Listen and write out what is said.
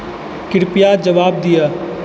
कृपया जवाब दिअ